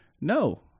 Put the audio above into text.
no